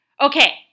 Okay